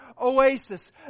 oasis